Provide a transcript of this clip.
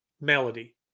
melody